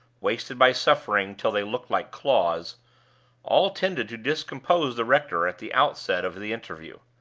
wasted by suffering till they looked like claws all tended to discompose the rector at the outset of the interview.